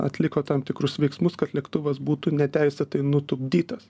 atliko tam tikrus veiksmus kad lėktuvas būtų neteisėtai nutupdytas